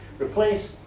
Replace